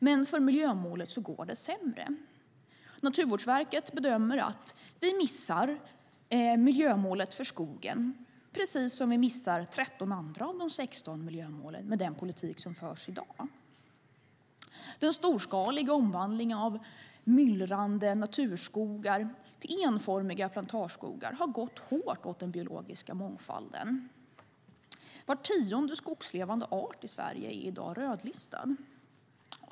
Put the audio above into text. Men för miljömålet går det sämre. Naturvårdsverket bedömer att vi missar miljömålet för skogen precis som vi missar 13 andra av de 16 miljömålen med den politik som förs i dag. Den storskaliga omvandlingen av myllrande naturskogar till enformiga plantageskogar har gått hårt åt den biologiska mångfalden. Var tionde skogslevande art i Sverige är i dag rödlistad.